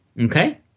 Okay